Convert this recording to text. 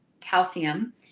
calcium